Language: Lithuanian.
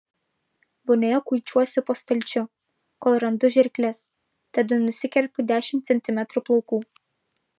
vonioje kuičiuosi po stalčių kol randu žirkles tada nusikerpu dešimt centimetrų plaukų